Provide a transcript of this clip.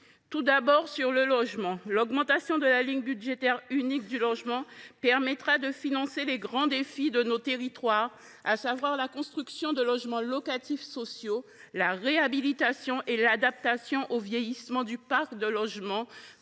qui concerne le logement, l’augmentation de la ligne budgétaire unique permettra de financer les grands défis de nos territoires, à savoir la construction de logements locatifs sociaux, la réhabilitation et l’adaptation au vieillissement du parc locatif